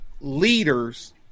leaders